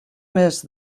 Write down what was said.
més